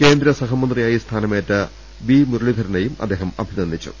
കേന്ദ്രസഹമന്ത്രിയായി സ്ഥാനമേറ്റ വി മുരളീധരനെയും അദ്ദേഹം അഭിനന്ദിച്ചു